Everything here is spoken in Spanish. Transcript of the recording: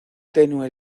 tenue